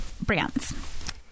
brands